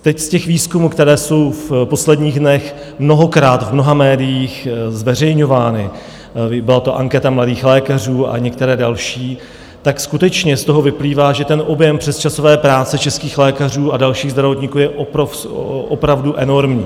Teď z těch výzkumů, které jsou v posledních dnech mnohokrát v mnoha médiích zveřejňovány, byla to anketa mladých lékařů a některé další, tak skutečně z nich vyplývá, že objem přesčasové práce českých lékařů a dalších zdravotníků je opravdu enormní.